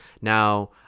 now